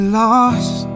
lost